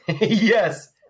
Yes